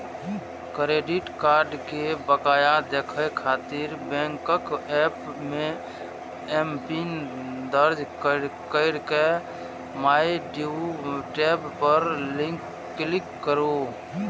credit card के बकाया देखै खातिर बैंकक एप मे एमपिन दर्ज कैर के माइ ड्यू टैब पर क्लिक करू